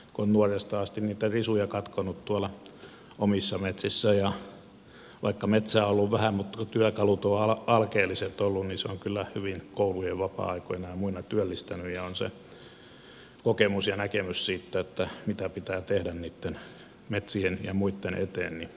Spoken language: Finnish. kun on nuoresta asti niitä risuja katkonut tuolla omissa metsissä niin vaikka metsää on ollut vähän mutta kun työkalut ovat alkeelliset olleet se on kyllä hyvin koulujen vapaa aikoina ja muina työllistänyt ja on se kokemus ja näkemys siitä mitä pitää tehdä niitten metsien ja muitten eteen syntynyt sieltä